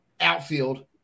outfield